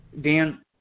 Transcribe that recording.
Dan